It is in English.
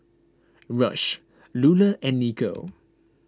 Rush Lulah and Nico